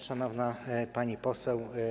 Szanowna Pani Poseł!